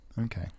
Okay